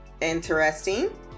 Interesting